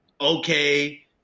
Okay